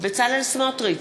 בצלאל סמוטריץ,